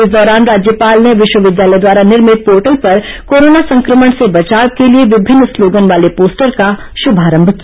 इस दौरान राज्यपाल ने विश्वविद्यालय द्वारा निर्मित पोर्टल पर कोरोना संक्रमण से बचाव के लिए विभिन्न स्लोगन वाले पोस्टर का शुभारंभ किया